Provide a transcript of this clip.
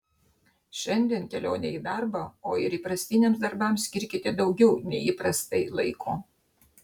šiandien kelionei į darbą o ir įprastiniams darbams skirkite daugiau nei įprastai laiko